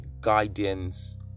guidance